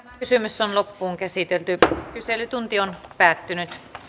kysymys on loppuunkäsitelty kyselytunti on alueella